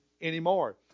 anymore